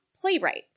playwright